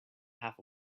half